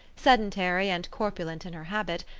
sedentary and corpulent in her habit,